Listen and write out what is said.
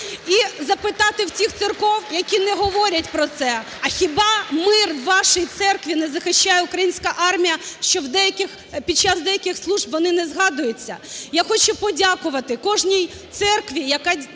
і запитати в цих церков, які не говорять про це: "А хіба мир в вашій церкві не захищає Українська армія, що в деяких… під час деяких служб вони не згадуються?" Я хочу подякувати кожній церкві, яка дякує